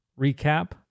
recap